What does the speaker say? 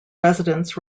residents